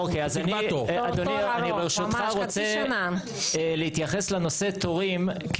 אדוני, אני ברשותך רוצה להתייחס לנושא תורים.